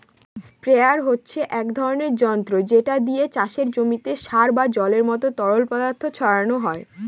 sprayer হচ্ছে এক ধরণের যন্ত্র যেটা দিয়ে চাষের জমিতে সার বা জলের মত তরল পদার্থ ছড়ানো যায়